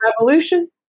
revolution